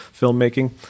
filmmaking